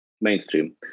mainstream